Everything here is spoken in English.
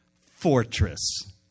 fortress